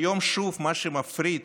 היום שוב מה שמפריד